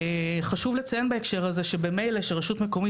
חשוב לציין בהקשר הזה שממילא כשרשות מקומית